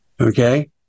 okay